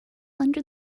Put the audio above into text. under